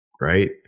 right